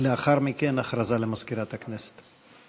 לאחר מכן, הודעה למזכירת הכנסת.